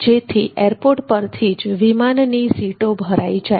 જેથી એરપોર્ટ પરથી જ વિમાન ની સીટો ભરાઈ જાય